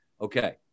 okay